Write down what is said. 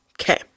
okay